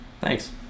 Thanks